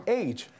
age